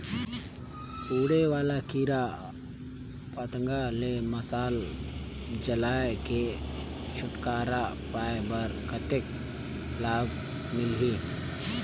उड़े वाला कीरा पतंगा ले मशाल जलाय के छुटकारा पाय बर कतेक लाभ मिलही?